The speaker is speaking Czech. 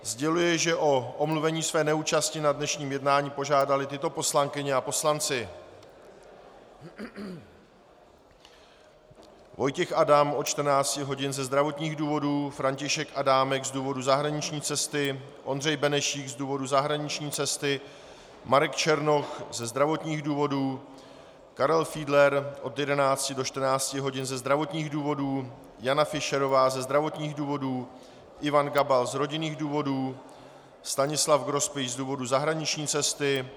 Sděluji, že o omluvení své neúčasti na dnešním jednání požádali tyto poslankyně a poslanci: Vojtěch Adam od 14 hodin ze zdravotních důvodů, František Adámek z důvodu zahraniční cesty, Ondřej Benešík z důvodu zahraniční cesty, Marek Černoch ze zdravotních důvodů, Karel Fiedler od 11 do 14 hodin ze zdravotních důvodů, Jana Fischerová ze zdravotních důvodů, Ivan Gabal z rodinných důvodů, Stanislav Grospič z důvodu zahraniční cesty.